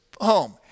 home